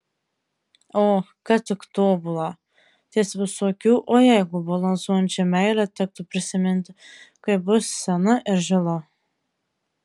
o kad tik tobulą ties visokių o jeigu balansuojančią meilę tektų prisiminti kai bus sena ir žila